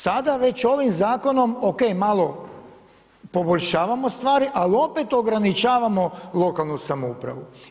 Sada već ovim zakonom, o.k. malo poboljšavamo stvari ali opet ograničavamo lokalnu samoupravu.